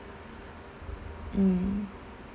mm